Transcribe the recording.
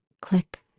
click